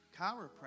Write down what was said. Chiropractor